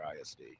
ISD